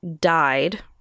died